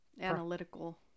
Analytical